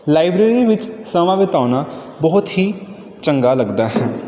library ਵਿੱਚ ਸਮਾਂ ਬਿਤਾਉਣਾ ਬਹੁਤ ਹੀ ਚੰਗਾ ਲੱਗਦਾ ਹੈ